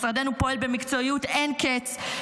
משרדנו פועל במקצועיות אין-קץ,